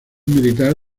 militar